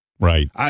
Right